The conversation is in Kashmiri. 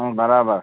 برابر